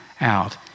out